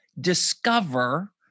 discover